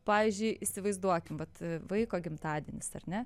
pavyzdžiui įsivaizduokim vat vaiko gimtadienis ar ne